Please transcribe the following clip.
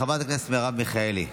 חברת הכנסת מרב מיכאלי,